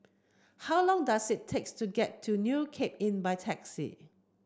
how long does it takes to get to New Cape Inn by taxi